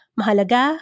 mahalaga